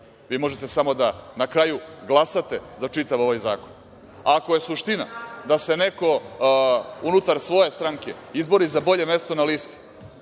vi možete samo da na kraju glasate za čitav ovaj zakon. Ako je suština da se neko unutar svoje stranke izbori za bolje mesto na listi,